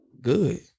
Good